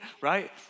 right